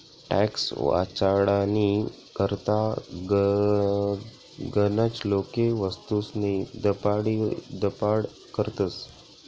tax वाचाडानी करता गनच लोके वस्तूस्नी दपाडीदपाड करतस